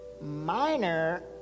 Minor